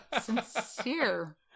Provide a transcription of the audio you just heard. sincere